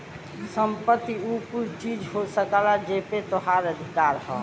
संपत्ति उ कुल चीज हो सकला जौन पे तोहार अधिकार हौ